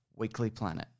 weeklyplanet